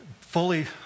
fully